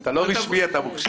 אתה לא רשמי, אתה מוכשר.